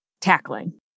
tackling